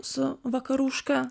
su vakaruška